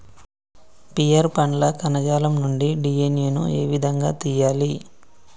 Pear పండ్ల కణజాలం నుండి డి.ఎన్.ఎ ను ఏ విధంగా తియ్యాలి?